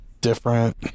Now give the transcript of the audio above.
different